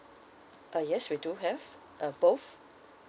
uh yes we do have uh both